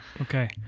okay